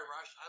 Rush